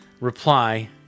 reply